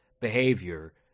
behavior